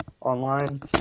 online